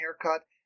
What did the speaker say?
haircut